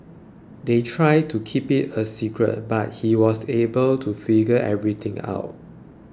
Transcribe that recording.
they tried to keep it a secret but he was able to figure everything out